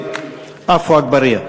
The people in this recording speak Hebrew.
אגבאריה.